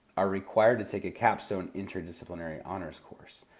are required to take a capstone interdisciplinary honors course.